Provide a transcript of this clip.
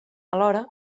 alhora